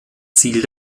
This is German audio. ziel